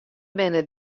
binne